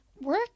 work